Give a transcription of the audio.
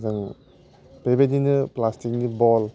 जों बेबायदिनो प्लास्टिकनि बल